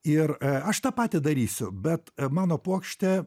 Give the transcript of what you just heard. ir aš tą patį darysiu bet mano puokštė